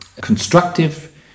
constructive